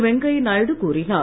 வெங்கைய நாயுடு கூறினார்